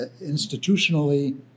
institutionally